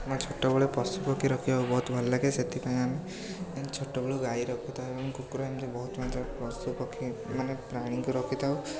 ମୋତେ ଛୋଟବେଳେ ପଶୁପକ୍ଷୀ ରଖିବାକୁ ବହୁତ ଭଲଲାଗେ ସେଥିପାଇଁ ଆମେ ଛୋଟବେଳୁ ଗାଈ ରଖିଥାଉ କୁକୁର ଏମିତି ବହୁତ ମାତ୍ରାରେ ପଶୁ ପକ୍ଷୀମାନେ ପ୍ରାଣୀଙ୍କୁ ରଖିଥାଉ